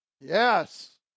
Yes